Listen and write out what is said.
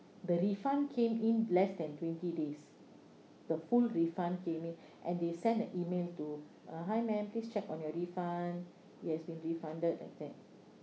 the refund came in less than twenty days the full refund came in and they send an email to uh hi ma'am please check on your refund you have been refunded like that